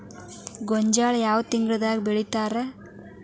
ಗೋಂಜಾಳ ಯಾವ ತಿಂಗಳದಾಗ್ ಬೆಳಿತಾರ?